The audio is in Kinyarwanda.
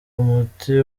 muti